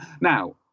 Now